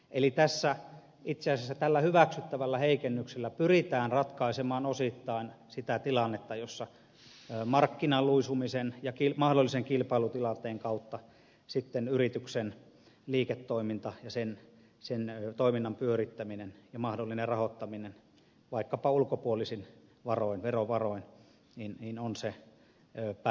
eli itse asiassa tällä hyväksyttävällä heikennyksellä pyritään ratkaisemaan osittain sitä tilannetta jossa markkinan luisumisen ja mahdollisen kilpailutilanteen kautta sitten yrityksen liiketoiminta ja sen toiminnan pyörittäminen ja mahdollinen rahoittaminen vaikkapa ulkopuolisin varoin verovaroin on se päivän tilanne